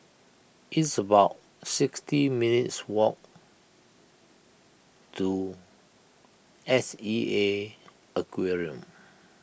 it's about sixty minutes' walk to S E A Aquarium